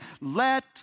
Let